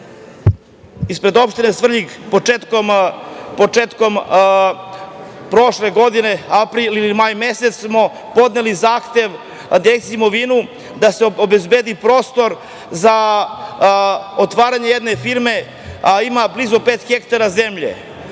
ispred Opštine Svrljig, početkom prošle godine, april ili maj mesec, podneli smo zahtev Direkciji za imovinu, da se obezbedi prostor za otvaranje jedne firme, a ima blizu pet hektara zemlje.